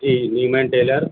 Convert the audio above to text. جی میں ٹیلر